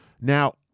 Now